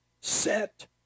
Set